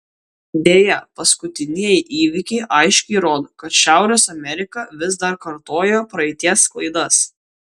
deja paskutinieji įvykiai aiškiai rodo kad šiaurės amerika vis dar kartoja praeities klaidas